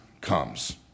comes